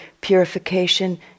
purification